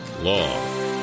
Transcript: law